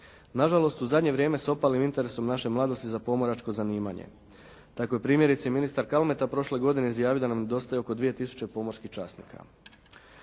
Nažalost u zadnje vrijeme sa opalim interesom naše mladosti za pomorsko zanimanje. Tako je primjerice ministar Kalmeta prošle godine izjavio da nam nedostaje oko 2 tisuće pomorskih časnika.